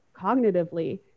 cognitively